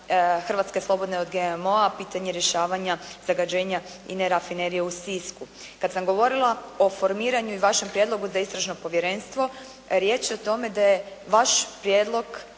hrvatske slobodne od GMO-a, pitanje rješavanja zagađenja i INA-e rafinerije u Sisku. Kad sam govorila o formiranju i vašem prijedlogu za Istražno povjerenstvo riječ je o tome da je vaš prijedlog,